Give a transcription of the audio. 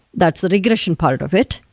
that's the regression part of it,